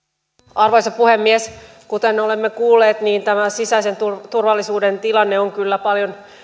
arvoisa puhemies kuten olemme kuulleet niin tämä sisäisen turvallisuuden tilanne on kyllä